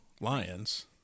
lions